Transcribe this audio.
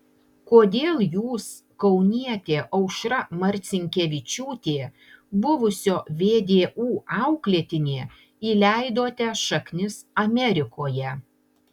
kodėl jūs kaunietė aušra marcinkevičiūtė buvusio vdu auklėtinė įleidote šaknis amerikoje